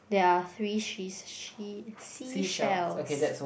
there are three she's she seashells